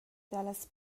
dallas